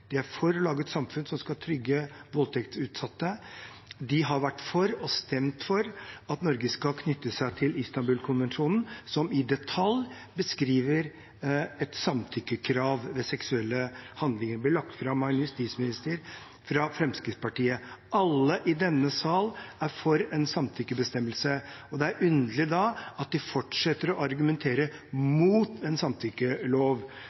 de er for å lage et samfunn som skal trygge voldtektsutsatte, de har vært for – og stemt for – at Norge skal knytte seg til Istanbul-konvensjonen, som i detalj beskriver et samtykkekrav ved seksuelle handlinger. Det ble lagt fram av en justisminister fra Fremskrittspartiet. Alle i denne sal er for en samtykkebestemmelse. Da er det underlig at de fortsetter å argumentere mot en samtykkelov,